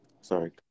Sorry